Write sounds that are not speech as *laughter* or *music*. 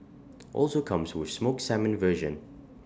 *noise* also comes with smoked salmon version